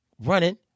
running